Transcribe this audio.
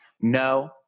No